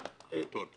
זה נורא.